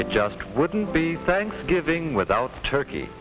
it just wouldn't be thanksgiving without turkey